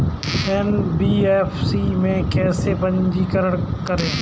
NBFC में कैसे पंजीकृत करें?